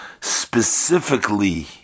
specifically